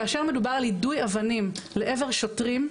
כאשר מדובר על יידוי אבנים לעבר שוטרים,